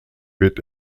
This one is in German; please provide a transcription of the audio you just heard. wird